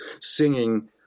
singing